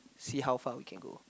see how far we can go